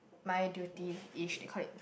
my duty is they called it